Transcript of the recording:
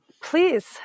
please